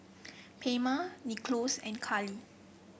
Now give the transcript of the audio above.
Palma Nicklaus and Kali